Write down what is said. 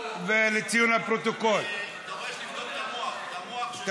לבדוק את המוח.